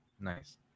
Nice